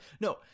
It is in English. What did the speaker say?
no